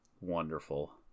wonderful